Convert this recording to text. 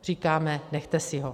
Říkáme, nechte si ho.